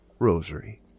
Rosary